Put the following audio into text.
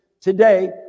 today